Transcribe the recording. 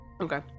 Okay